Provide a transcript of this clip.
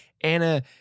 Anna